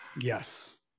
Yes